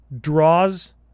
Draws